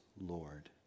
Lord